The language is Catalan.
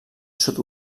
sud